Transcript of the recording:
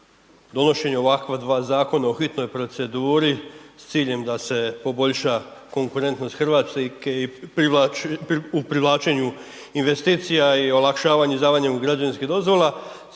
donošenje ovakva dva zakona u hitnoj proceduri s ciljem da se poboljša konkurentnost Hrvatske u privlačenju investicija i olakšavanju izdavanja građevinskih dozvola,